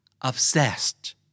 obsessed